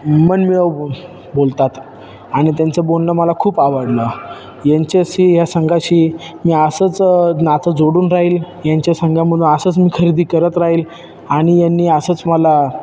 मनमिळावू बो बोलतात आणि त्यांचं बोलणं मला खूप आवडलं यांच्याशी या संघाशी मी असंच नातं जोडून राहील यांच्या संघामधून असंच मी खरेदी करत राहील आणि यांनी असंच मला